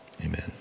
Amen